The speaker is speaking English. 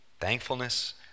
Thankfulness